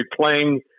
playing